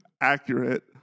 Accurate